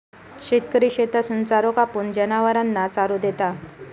शेतकरी शेतातसून चारो कापून, जनावरांना चारो देता